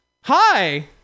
Hi